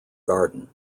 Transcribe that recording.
garden